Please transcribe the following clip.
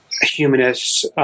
humanists